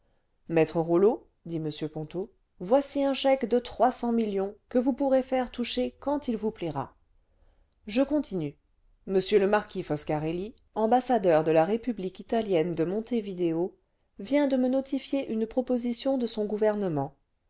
maître rollot dit m ponto voici un chèque de trois cents millions que vous pourrez faire toucher quand il vous plaira je continue m le marquis marquis ambassadeur de la république italienne de montevideo vient de me notifier une proposition de son gouvernement